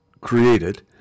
created